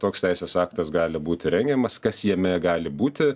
toks teisės aktas gali būti rengiamas kas jame gali būti